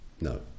No